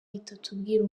itatubwira